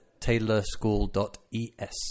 taylorschool.es